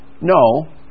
No